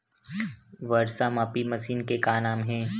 वर्षा मापी मशीन के का नाम हे?